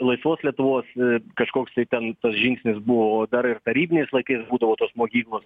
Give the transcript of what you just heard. laisvos lietuvos kažkoks į ten tas žingsnis buvo o dar ir tarybiniais laikais būdavo tos mokyklos